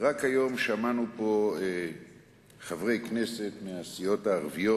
רק היום שמענו פה חברי כנסת מהסיעות הערביות